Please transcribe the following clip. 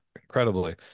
incredibly